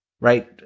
right